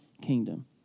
kingdom